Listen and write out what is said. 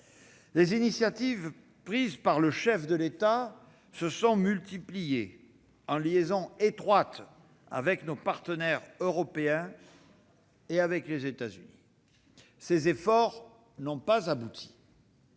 Les initiatives prises par le chef de l'État se sont multipliées, en liaison étroite avec nos partenaires européens et les États-Unis. Ces efforts n'ont pas abouti.